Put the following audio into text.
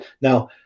now